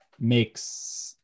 makes